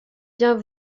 bien